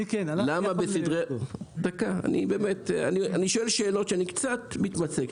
אני שואל שאלות שאני קצת מתמצא בהן,